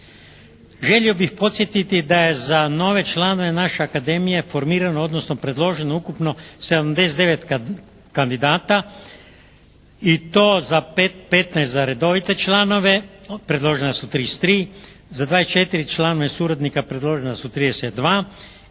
Želio bih podsjetiti da je za nove članove naše Akademije formirano odnosno predloženo ukupno 79 kandidata i to za, 15 za redovite članove, predložena su 33. Za 24 člana i suradnika predložena su 32 i